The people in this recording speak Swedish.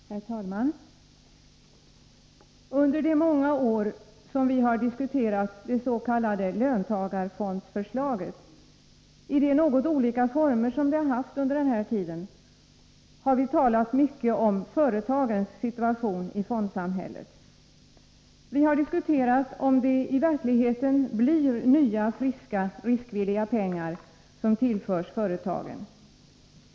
Herr talman! Under de många år som vi diskuterat det s.k. löntagarfondsförslaget — i de något olika former det haft under de senaste åren — har vi talat mycket om företagens situation i fondsamhället. Vi har diskuterat om det i verkligheten blir nya, friska, riskvilliga pengar, som tillförs företagen.